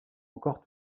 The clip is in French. encore